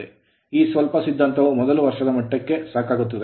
ಈ ಸ್ವಲ್ಪ ಸಿದ್ಧಾಂತವು ಮೊದಲ ವರ್ಷದ ಮಟ್ಟಕ್ಕೆ ಸಾಕಾಗುತ್ತದೆ